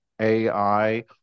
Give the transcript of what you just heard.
AI